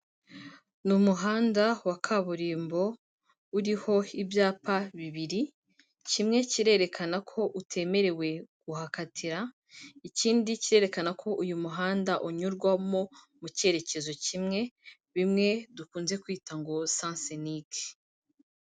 Ni umuhanda wa kaburimbo uriho ibyapa bibiri, kimwe kirerekana ko utemerewe kuhakatira, ikindi kirerekana ko uyu muhanda unyurwamo mu cyerekezo kimwe, bimwe dukunze kwita ngo sansenike.